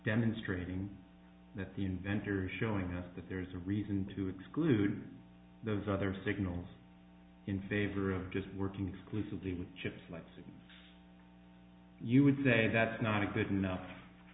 demonstrating that the inventor showing us that there is a reason to exclude those other signals in favor of just working exclusively with chips less than you would say that's not a good